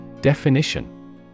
Definition